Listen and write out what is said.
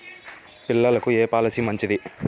పిల్లలకు ఏ పొలసీ మంచిది?